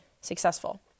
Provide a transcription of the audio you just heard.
successful